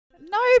No